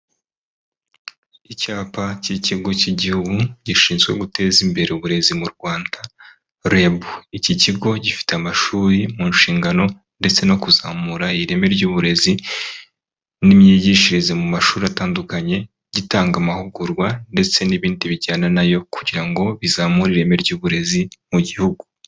Icyapa cy'ikigo cy'igihugu gishinzwe guteza imbere uburezi mu Rwanda REB. Iki kigo gifite amashuri mu nshingano ndetse no kuzamura ireme ry'uburezi n'imyigishirize mu mashuri atandukanye, gitanga amahugurwa ndetse n'ibindi bijyana na yo kugira ngo bizamure ireme ry'uburezi mu gihugu.